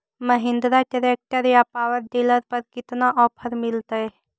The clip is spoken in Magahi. महिन्द्रा ट्रैक्टर या पाबर डीलर पर कितना ओफर मीलेतय?